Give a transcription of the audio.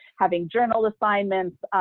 having journal assignments,